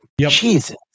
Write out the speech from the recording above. Jesus